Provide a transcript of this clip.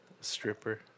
Stripper